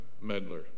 Medler